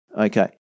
Okay